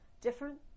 different